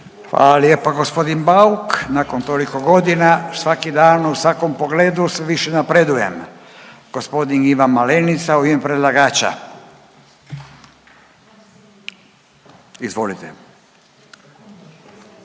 Hvala lijepa g. Bauk. Nakon toliko godina svakoga danas u svakom pogledu sve više napredujem. Gospodin Ivan Malenica u ime predlagača. Izvolite.